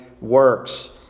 works